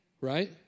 right